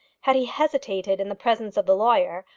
had he hesitated in the presence of the lawyer,